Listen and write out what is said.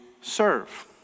serve